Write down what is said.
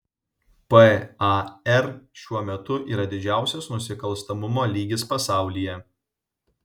par šiuo metu yra didžiausias nusikalstamumo lygis pasaulyje